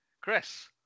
Chris